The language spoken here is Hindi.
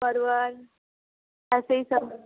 परवल बस यही सब है